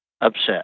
upset